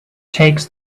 takes